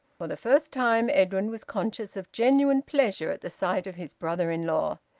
for the first time edwin was conscious of genuine pleasure at the sight of his brother-in-law.